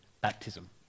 baptism